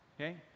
Okay